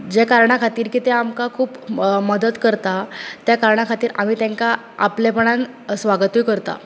जे कारणा खातीर की ते आमकां खूब मदत करता ते कारणां खातीर आमी तेंका आपलेपणान स्वागतुय करता